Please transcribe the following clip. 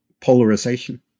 polarization